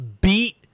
beat